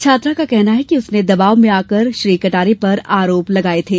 छात्रा का कहना है कि उसने दवाब में आकर श्री कटारे पर आरोप लगाये थे